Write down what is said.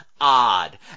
odd